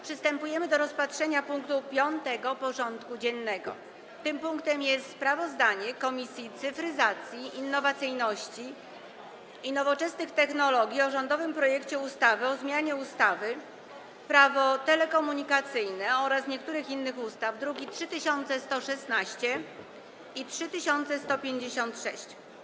Przystępujemy do rozpatrzenia punktu 5. porządku dziennego: Sprawozdanie Komisji Cyfryzacji, Innowacyjności i Nowoczesnych Technologii o rządowym projekcie ustawy o zmianie ustawy Prawo telekomunikacyjne oraz niektórych innych ustaw (druki nr 3116 i 3156)